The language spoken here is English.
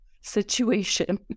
situation